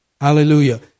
Hallelujah